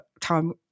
time